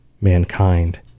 mankind